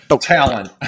talent